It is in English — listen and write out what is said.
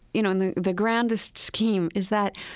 you know, in the the grandest scheme is that,